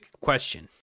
question